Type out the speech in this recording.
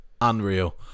Unreal